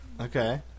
Okay